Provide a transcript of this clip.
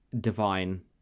divine